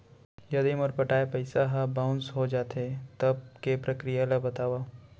यदि मोर पटाय पइसा ह बाउंस हो जाथे, तब के प्रक्रिया ला बतावव